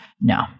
No